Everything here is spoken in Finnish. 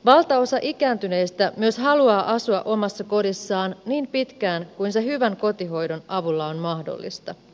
valtaosa ikääntyneistä myös haluaa asua omassa kodissaan niin pitkään kuin se hyvän kotihoidon avulla on mahdollista